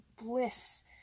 bliss